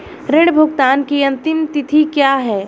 ऋण भुगतान की अंतिम तिथि क्या है?